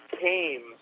came